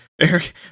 Eric